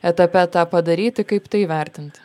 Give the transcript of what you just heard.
etape tą padaryti kaip tai vertinti